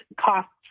costs